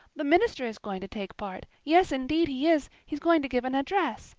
the minister is going to take part yes, indeed, he is he's going to give an address.